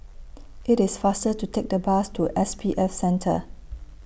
IT IS faster to Take The Bus to S P F Center